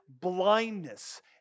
blindness